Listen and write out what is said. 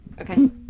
okay